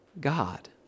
God